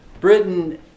Britain